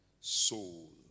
soul